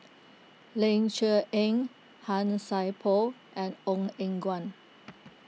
Ling Cher Eng Han Sai Por and Ong Eng Guan